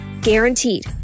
Guaranteed